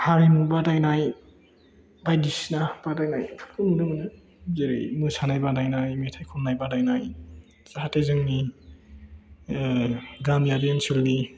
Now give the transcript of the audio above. हारिमु बादायनाय बायदिसिना बादायनायफोरखौ नुनो मोनो जेरै मोसानाय बादायनाय मेथाइ खननाय बादायनाय जाहाथे जोंनि गामियारि ओनसोलनि